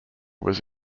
was